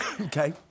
Okay